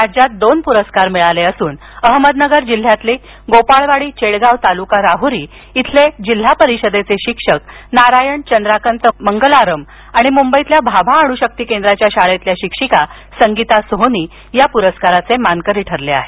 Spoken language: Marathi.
राज्यात दोन पुरस्कार मिळाले असून अहमदनगर जिल्ह्यातील गोपाळवाडी चेडगाव तालुका राहुरी इथले जिल्हा परिषदेचे शिक्षक नारायण चंद्रकात मंगलारम आणि मुंबईतील भाभा अणुशक्ती केंद्राच्या शाळेतील शिक्षिका संगीता सोहनी या पुरस्काराचे मानकरी ठरले आहेत